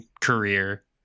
career